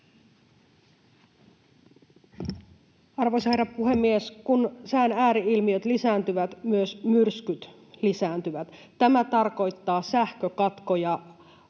Arvoisa herra puhemies! Kun sään ääri-ilmiöt lisääntyvät, myös myrskyt lisääntyvät. Tämä tarkoittaa sähkökatkoja,